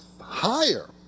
higher